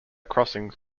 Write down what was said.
crossings